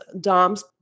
Dom's